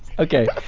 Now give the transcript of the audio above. okay.